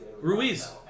Ruiz